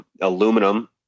aluminum